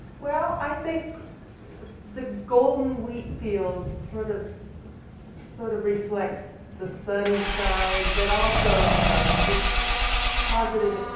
well i think the golden wheat fields sort of sort of reflect the sunny side but also just positive,